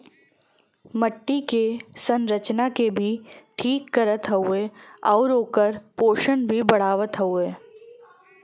मट्टी क संरचना के भी ठीक करत हउवे आउर ओकर पोषण भी बढ़ावत हउवे